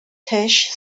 tisch